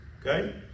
Okay